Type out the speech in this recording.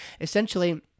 essentially